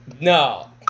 No